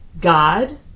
God